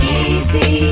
easy